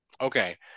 Okay